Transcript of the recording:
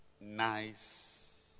nice